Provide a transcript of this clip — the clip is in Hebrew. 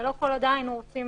ולא כל הודעה היינו רוצים